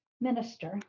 minister